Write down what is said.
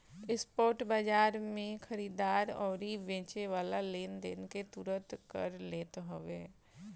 spot बाजार में खरीददार अउरी बेचेवाला लेनदेन के तुरंते कर लेत हवे